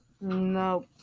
no